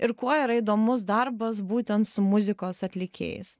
ir kuo yra įdomus darbas būtent su muzikos atlikėjais